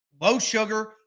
low-sugar